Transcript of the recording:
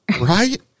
Right